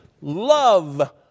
love